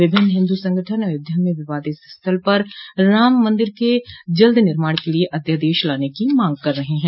विभिन्न हिन्दू संगठन अयोध्या में विवादित स्थल पर राम मंदिर के जल्द निर्माण के लिए अध्यादेश लाने की मांग कर रहे हैं